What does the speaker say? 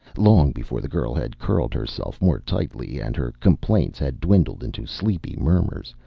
long before the girl had curled herself more tightly and her complaints had dwindled into sleepy murmurs,